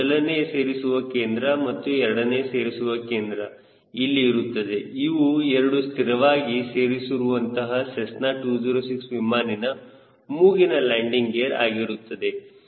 ಇದು ಮೊದಲನೇ ಸೇರಿಸುವ ಕೇಂದ್ರ ಮತ್ತು ಎರಡನೇ ಸೇರಿಸುವ ಕೇಂದ್ರವು ಇಲ್ಲಿ ಇರುತ್ತದೆ ಇವು 2 ಸ್ಥಿರವಾಗಿ ಸೇರಿಸುವಂತಹ ಸೆಸ್ನಾ 206 ವಿಮಾನಿನ ಮೂಗಿನ ಲ್ಯಾಂಡಿಂಗ್ ಗೇರ್ ಆಗಿರುತ್ತವೆ